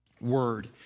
word